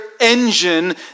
engine